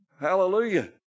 hallelujah